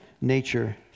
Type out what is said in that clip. nature